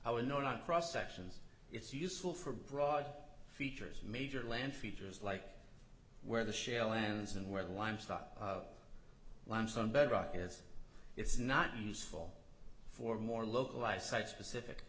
i would not cross sections it's useful for broad features major land features like where the shale lands and where the lime stock lands on bedrock as it's not useful for more localized site specific